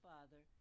Father